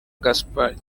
gaspard